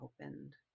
opened